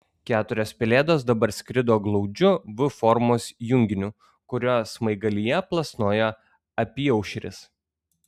keturios pelėdos dabar skrido glaudžiu v formos junginiu kurio smaigalyje plasnojo apyaušris